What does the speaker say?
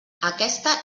aquesta